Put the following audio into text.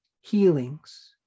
healings